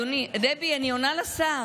דבי, אני עונה לשר.